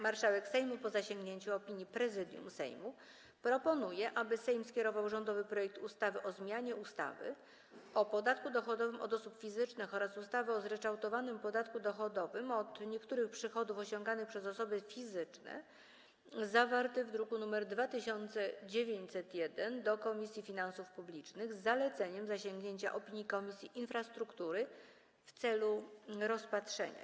Marszałek Sejmu, po zasięgnięciu opinii Prezydium Sejmu, proponuje, aby Sejm skierował rządowy projekt ustawy o zmianie ustawy o podatku dochodowym od osób fizycznych oraz ustawy o zryczałtowanym podatku dochodowym od niektórych przychodów osiąganych przez osoby fizyczne, zawarty w druku nr 2901, do Komisji Finansów Publicznych, z zaleceniem zasięgnięcia opinii Komisji Infrastruktury, w celu rozpatrzenia.